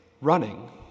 running